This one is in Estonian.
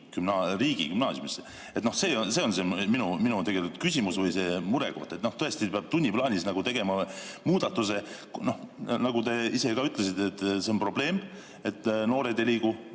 riigigümnaasiumisse, see on minu jaoks küsimus või murekoht. Tõesti peab tunniplaanis tegema muudatuse. Nagu te ise ka ütlesite, see on probleem, et noored ei liigu.